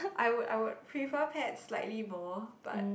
I would I would prefer pets slightly more but